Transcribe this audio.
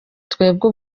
twebwe